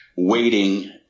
waiting